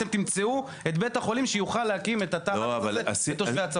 אתם תמצאו את בית החולים שיוכל להקים את תא הלחץ הזה לתושבי הצפון.